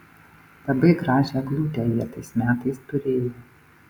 labai gražią eglutę jie tais metais turėjo